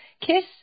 Kiss